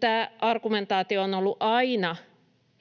tämä argumentaatio on ollut aina